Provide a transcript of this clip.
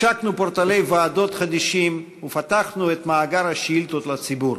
השקנו פורטלי ועדות חדישים ופתחנו את מאגר השאילתות לציבור.